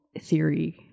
theory